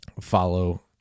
follow